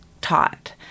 taught